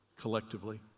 collectively